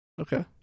Okay